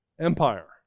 Empire